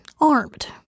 armed